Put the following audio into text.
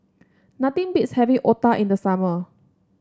nothing beats having Otah in the summer